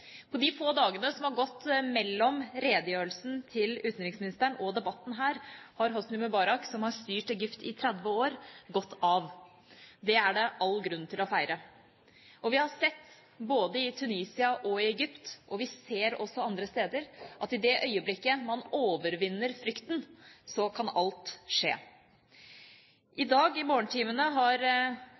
På de få dagene som har gått mellom redegjørelsen til utenriksministeren og debatten her, har Hosni Mubarak, som har styrt Egypt i 30 år, gått av. Det er det all grunn til å feire. Vi har sett både i Tunisia og i Egypt, og vi ser også andre steder, at i det øyeblikket man overvinner frykten, kan alt skje. I morgentimene i dag har